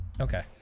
Okay